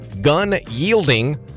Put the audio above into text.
gun-yielding